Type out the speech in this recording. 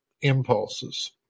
impulses